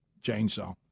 chainsaw